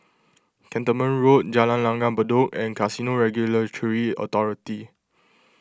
Cantonment Road Jalan Langgar Bedok and Casino Regulatory Authority